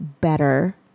better